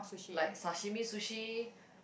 like sashimi sushi